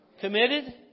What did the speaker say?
Committed